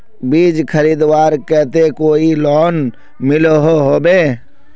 बीज खरीदवार केते कोई लोन मिलोहो होबे?